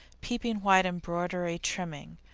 peeping white embroidery trimming,